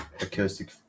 acoustic